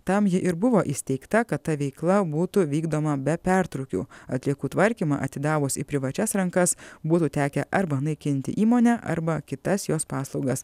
tam ji ir buvo įsteigta kad ta veikla būtų vykdoma be pertrūkių atliekų tvarkymą atidavus į privačias rankas būtų tekę arba naikinti įmonę arba kitas jos paslaugas